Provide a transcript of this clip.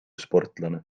sportlane